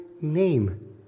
name